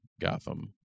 Gotham